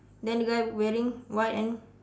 then the guy wearing white and